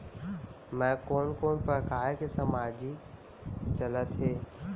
मैं कोन कोन प्रकार के सामाजिक चलत हे?